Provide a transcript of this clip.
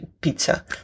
pizza